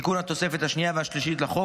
(תיקון התוספת השנייה והשלישית לחוק),